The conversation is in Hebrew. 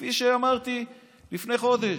כפי שאמרתי לפני חודש,